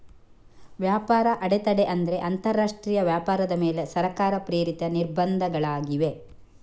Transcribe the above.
ವ್ಯಾಪಾರ ಅಡೆತಡೆ ಅಂದ್ರೆ ಅಂತರರಾಷ್ಟ್ರೀಯ ವ್ಯಾಪಾರದ ಮೇಲೆ ಸರ್ಕಾರ ಪ್ರೇರಿತ ನಿರ್ಬಂಧಗಳಾಗಿವೆ